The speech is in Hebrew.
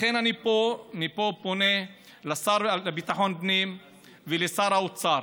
לכן, אני מפה פונה לשר לביטחון פנים ולשר האוצר: